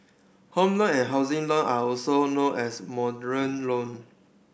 Home Loan and housing loan are also known as loan